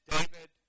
David